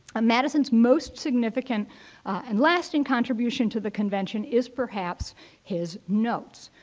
ah madison's most significant and lasting contribution to the convention is perhaps his notes.